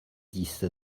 dix